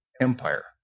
empire